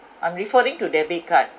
I'm referring to debit card